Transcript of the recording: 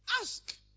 Ask